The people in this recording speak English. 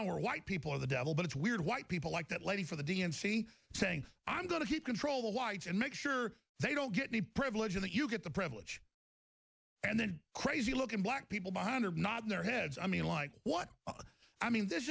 were white people or the devil but it's weird white people like that lady for the d n c saying i'm going to keep control the whites and make sure they don't get me privileges that you get the privilege and then crazy look at black people behind of nodding their heads i mean like what i mean this